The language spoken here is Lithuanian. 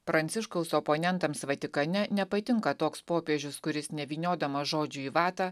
pranciškaus oponentams vatikane nepatinka toks popiežius kuris nevyniodamas žodžių į vatą